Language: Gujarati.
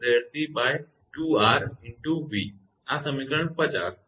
𝑣 આ સમીકરણ 50 છે